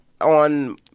On